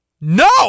No